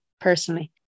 personally